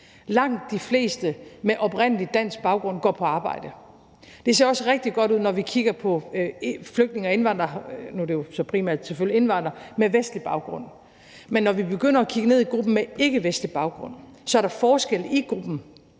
Langt de fleste med oprindelig dansk baggrund går på arbejde. Det ser også rigtig godt ud, når vi kigger på flygtninge og indvandrere – nu er det jo så selvfølgelig primært indvandrere – med vestlig baggrund. Men når vi begynder at kigge ned i gruppen med ikkevestlig baggrund, er der forskelle i gruppen,